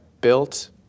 built